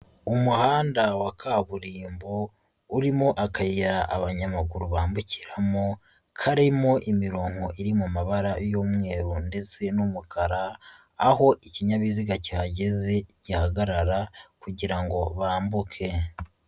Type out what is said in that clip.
Umuhanda wa kaburimbo urimo akayira abanyamaguru bambukiramo karimo imirongo iri mu mabara y'umweru ndetse n'umukara, aho ikinyabiziga kihageze gihagarara kugira ngo bambuke.